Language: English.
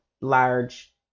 large